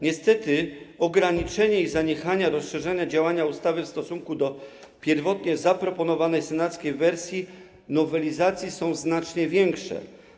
Niestety ograniczenie i zaniechanie rozszerzania działania ustawy w stosunku do pierwotnie zaproponowanej senackiej wersji nowelizacji są znacznie większe.